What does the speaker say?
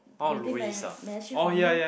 greeting messa~ message from you